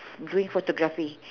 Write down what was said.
during photography